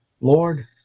Lord